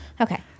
Okay